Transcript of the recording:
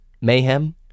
Mayhem